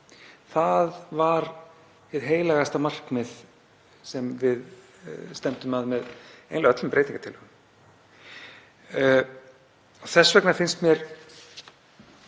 Það var hið heilagasta markmið sem við stefndum að með eiginlega öllum breytingartillögum. Þess vegna finnst mér